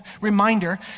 reminder